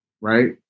right